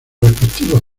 respectivos